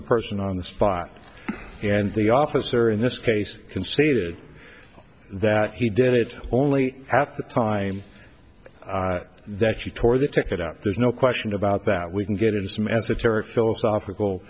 the person on the spot and the officer in this case conceded that he did it only at the time that she tore the ticket out there's no question about that we can get into some esoteric philosophical